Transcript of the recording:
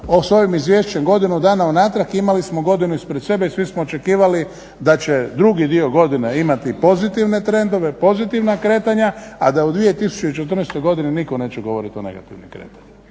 s ovim izvješćem godinu dana unatrag imali smo godinu ispred sebe i svi smo očekivali da će drugi dio godine imati pozitivne trendove, pozitivna kretanja a da u 2014. godini nitko neće govoriti o negativnim kretanjima.